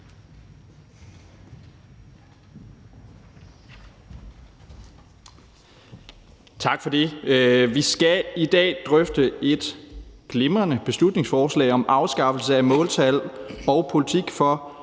Tak for det. Vi skal i dag drøfte et glimrende beslutningsforslag om afskaffelse af måltal og politik for